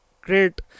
great